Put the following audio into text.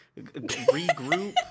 Regroup